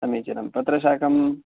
समीचीनं पत्रशाकं